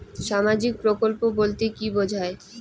সামাজিক প্রকল্প বলতে কি বোঝায়?